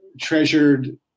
treasured